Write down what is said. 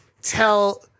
Tell